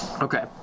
Okay